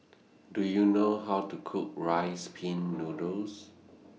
Do YOU know How to Cook Rice Pin Noodles